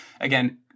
again